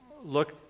look